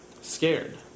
Scared